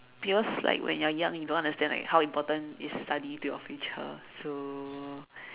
because like when you're young you don't understand like how important is study to your future so